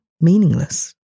meaningless